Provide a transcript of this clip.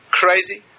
crazy